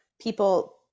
people